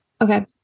okay